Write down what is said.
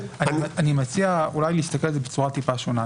אני מציע להסתכל על זה בצורה טיפה שונה.